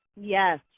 Yes